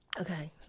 Okay